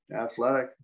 athletic